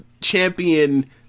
champion